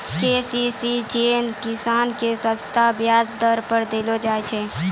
KCC loan किसान के सस्ता ब्याज दर पर देलो जाय छै